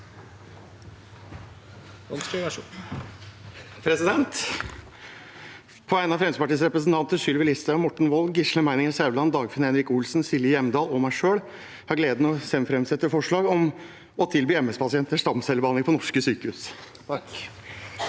På vegne av Frem- skrittspartiets representanter Sylvi Listhaug, Morten Wold, Gisle Meininger Saudland, Dagfinn Henrik Olsen, Silje Hjemdal og meg selv har jeg gleden av å framsette forslag om å tilby MS-pasienter stamcellebehandling på norske sykehus.